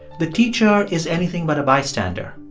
the teacher is anything but a bystander.